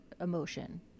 emotion